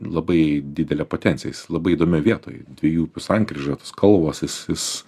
labai didelę potenciją jis labai įdomioj vietoj dviejų upių sankryžoje tos kalvos jis jis